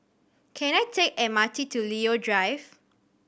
can I take the M R T to Leo Drive